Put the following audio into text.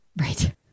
Right